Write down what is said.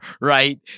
right